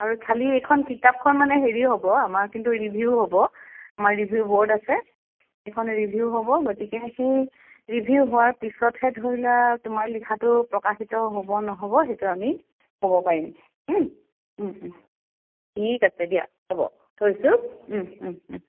আৰু খালী এইখন কিতাপখন মানে হেৰি হ'ব আমাৰ কিন্তু ৰিভিউ হ'ব আমাৰ ৰিভিউ বৰ্ড আছে এইখন ৰিভিউ হ'ব গতিকে সেই ৰিভিউ হোৱাৰ পিছতহে ধৰি লোৱা তোমাৰ লিখাটো প্ৰকাশিত হ'ব নহ'ব সেইটো আমি ক'ব পাৰিম ঠিক আছে দিয়া হ'ব থৈছোঁ